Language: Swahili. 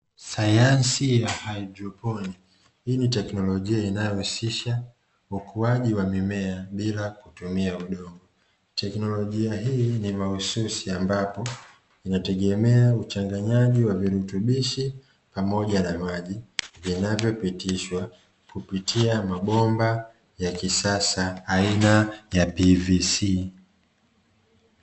Sayansi ya hydroponi hii ni teknolojia inayohusisha ukuaji wa mimea bila kutumia udogo, teknolojia hii ni mahususi ambapo inategemea uchanganyaji wa virutubishi pamoja na maji vinavyopiti shwa kupitia mabomba ya kisasa aina ya pvc.